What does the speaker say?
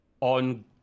on